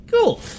cool